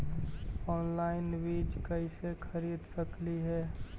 Online बीज कईसे खरीद सकली हे?